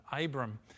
Abram